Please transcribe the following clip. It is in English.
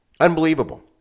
unbelievable